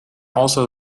also